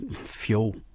fuel